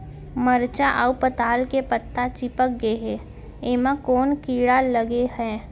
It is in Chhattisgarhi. मरचा अऊ पताल के पत्ता चिपक गे हे, एमा कोन कीड़ा लगे है?